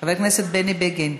חבר הכנסת בני בגין,